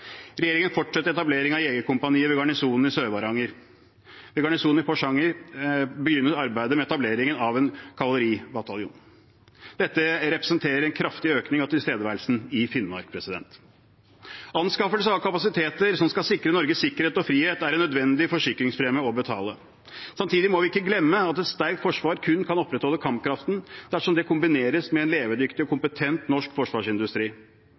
Regjeringen fortsetter etableringen av jegerkompaniet ved Garnisonen i Sør-Varanger. Ved Garnisonen i Porsanger begynner arbeidet med etableringen av en kavaleribataljon. Dette representerer en kraftig økning av tilstedeværelsen i Finnmark. Anskaffelse av kapasiteter som skal sikre Norges sikkerhet og frihet, er en nødvendig forsikringspremie å betale. Samtidig må vi ikke glemme at et sterkt forsvar kun kan opprettholde kampkraften dersom det kombineres med en levedyktig og kompetent norsk forsvarsindustri.